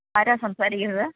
ആരാണ് സംസാരിക്കുന്നത്